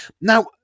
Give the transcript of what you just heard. Now